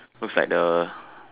looks like the